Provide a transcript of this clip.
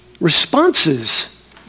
responses